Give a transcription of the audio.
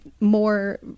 more